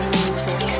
music